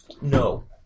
No